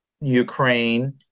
Ukraine